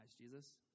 Jesus